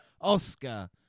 Oscar